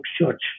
Church